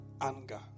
anger